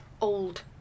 Old